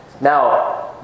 Now